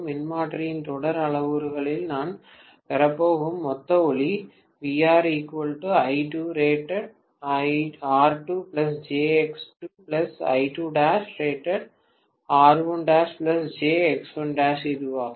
மின்மாற்றியின் தொடர் அளவுருக்களில் நான் பெறப்போகும் மொத்த துளி இதுவாகும்